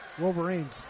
Wolverines